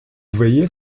veillez